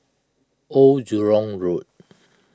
Old Jurong Road